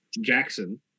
Jackson